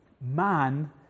man